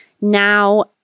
now